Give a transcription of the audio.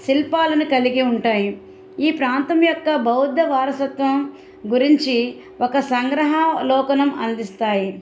శిల్పాలను కలిగి ఉంటాయి ఈ ప్రాంతం యొక్క బౌద్ధ వారసత్వం గురించి ఒక సంగ్రహ లోకనం అందిస్తాయి